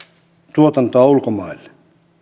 tuotantoa ulkomaille